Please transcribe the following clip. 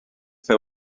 fer